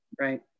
right